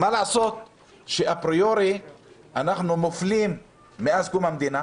מה לעשות שאפריורי אנחנו מופלים בכל התחומים מאז קום המדינה?